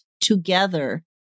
together